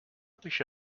wish